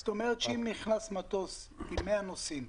זאת אומרת, שאם נכנס מטוס עם 100 נוסעים,